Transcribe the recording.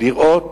לראות